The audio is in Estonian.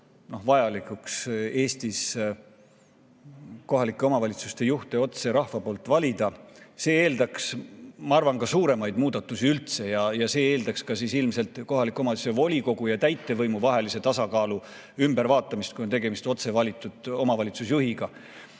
vajalikuks Eestis kohalike omavalitsuste juhte otse rahva poolt valida. See eeldaks, ma arvan, ka suuremaid muudatusi üldse. See eeldaks ilmselt ka kohaliku omavalitsuse volikogu ja täitevvõimu vahelise tasakaalu ümbervaatamist, kui tegemist oleks otse valitud omavalitsusjuhiga. Aga